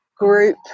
group